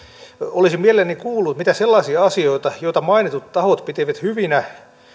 olisin mielelläni kuullut mitä sellaisia asioita on joita mainitut tahot pitävät hyvinä